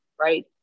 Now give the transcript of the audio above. right